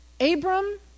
Abram